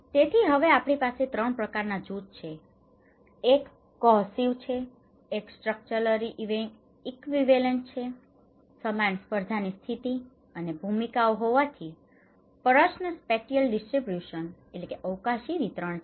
તેથી હવે આપણી પાસે 3 પ્રકારના જૂથો છે એક કોહેસિવ cohesive સુસંગત છે એક સ્ટ્રકચરલી ઈકવીવેલેન્ટ structurally equivalents માળખાકીય રીતે સમકક્ષ છે સમાન સ્પર્ધાની સ્થિતિ અને ભૂમિકાઓ હોવાથી પ્રશ્ન સ્પેટિયલ ડિસ્ટ્રિબ્યૂશનનો spatial distribution અવકાશી વિતરણ છે